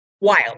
wild